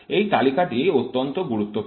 এই তালিকাটি অত্যন্ত গুরুত্বপূর্ণ